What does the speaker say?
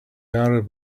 arab